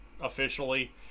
officially